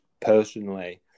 personally